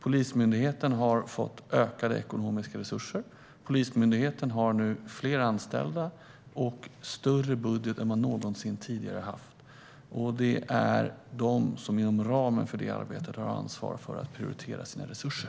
Polismyndigheten har fått ökade ekonomiska resurser, och Polismyndigheten har nu fler anställda och större budget än någonsin tidigare. Det är myndigheten som inom ramen för det arbetet har ansvar för att prioritera sina resurser.